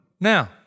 Now